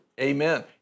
Amen